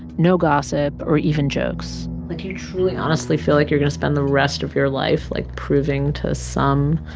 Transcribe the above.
no gossip or even jokes like, you truly, honestly feel like you're going to spend the rest of your life, like, proving to some